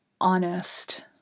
honest